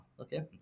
okay